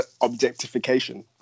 objectification